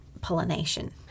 pollination